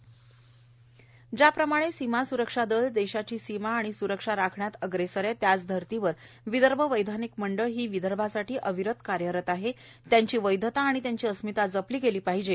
नितीन रोंघे पत्रकार परिषद ज्या प्रमाणे सीमा सुरक्षा दल देशाची सीमा आणि सुरक्षा राखण्यात अग्रेसर आहे त्याच धर्तीवर विदर्भ वैधानिक मंडळ ही विदर्भासाठी अविरत कार्य करत आहे त्यांची वैधता आणि त्याची अस्मिता जपली गेली पाहिजे